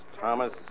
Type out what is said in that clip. Thomas